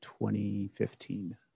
2015